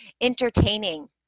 entertaining